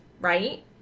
right